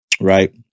Right